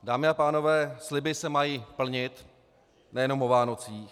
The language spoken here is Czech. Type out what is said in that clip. Dámy a pánové, sliby se mají plnit nejenom o Vánocích.